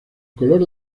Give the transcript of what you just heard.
color